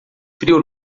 frio